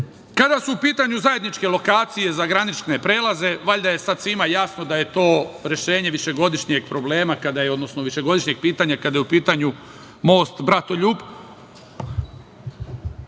su u pitanju zajedničke lokacije za granične prelaze, valjda je sad svima jasno da je to rešenje višegodišnjeg problema, odnosno višegodišnjeg pitanja kada je u pitanju most Bratoljub.